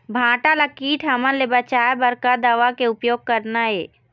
भांटा ला कीट हमन ले बचाए बर का दवा के उपयोग करना ये?